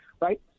right